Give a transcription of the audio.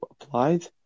applied